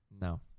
No